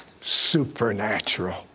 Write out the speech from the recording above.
supernatural